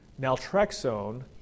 naltrexone